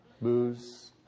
booze